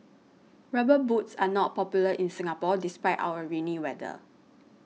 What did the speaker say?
rubber boots are not popular in Singapore despite our rainy weather